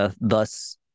thus